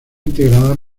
integrada